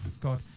god